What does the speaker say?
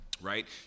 right